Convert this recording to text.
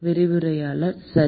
விரிவுரையாளர் சரி